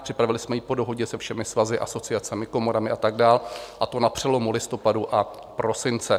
Připravili jsme ji po dohodě se všemi svazy, asociacemi, komorami a tak dále, a to na přelomu listopadu a prosince.